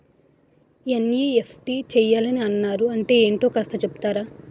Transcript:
NEFT చేయాలని అన్నారు అంటే ఏంటో కాస్త చెపుతారా?